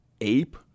ape